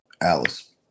Alice